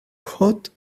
hot